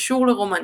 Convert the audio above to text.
קשור לרומנטיקה.